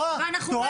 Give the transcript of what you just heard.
ואנחנו לא יכולים.